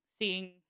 seeing